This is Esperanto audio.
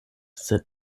sed